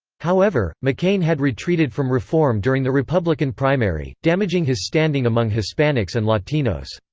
however, mccain had retreated from reform during the republican primary, damaging his standing among hispanics and latinos.